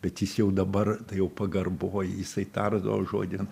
bet jis jau dabar tai jau pagarboj jisai tardavo žodį